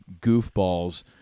goofballs